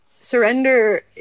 surrender